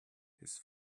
his